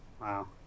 Wow